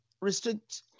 restrict